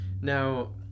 Now